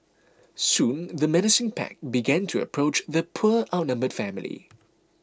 soon the menacing pack began to approach the poor outnumbered family